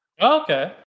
Okay